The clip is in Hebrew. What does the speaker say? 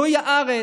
/ זוהי הארץ